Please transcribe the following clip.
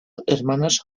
hermanas